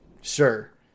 Sure